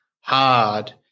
hard